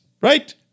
right